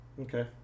Okay